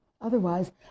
Otherwise